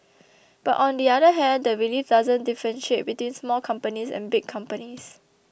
but on the other hand the relief doesn't differentiate between small companies and big companies